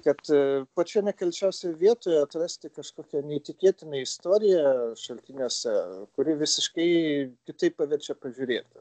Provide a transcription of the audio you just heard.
kad pačioje nekalčiausioje vietoje atrasti kažkokią neįtikėtiną istoriją šaltiniuose kuri visiškai kitaip paverčia pažiūrėti